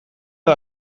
edo